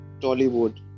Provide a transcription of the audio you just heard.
Tollywood